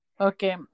Okay